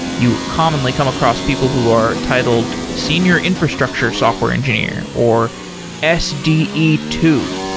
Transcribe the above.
you commonly come across people who are titled senior infrastructure software engineer, or s d e two.